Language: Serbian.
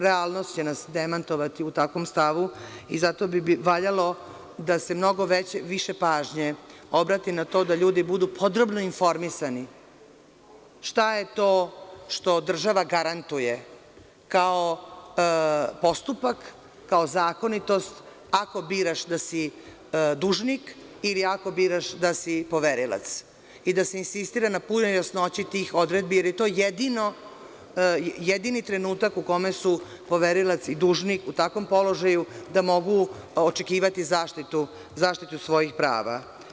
Realnost će nas demantovati u takvom stavu i zato bi valjalo da se mnogo više pažnje obrati na to da ljudi budu podrobno informisani šta je to što država garantuje kao postupak, kao zakonitost ako biraš da si dužnik ili ako biraš da si poverilac i da se insistira na punoj jasnoći tih odredbi, jer je to jedini trenutak u kome su poverilac i dužnik u takvom položaju da mogu očekivati zaštitu svojih prava.